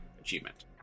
achievement